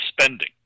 spending